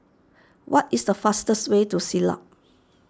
what is the fastest way to Siglap